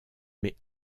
mais